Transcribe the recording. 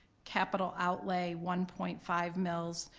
capital outlay one point five mills,